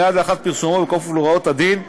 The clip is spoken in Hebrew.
מייד לאחר פרסומו ובכפוף להוראות הדין,